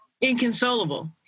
Inconsolable